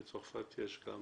בצרפת יש גם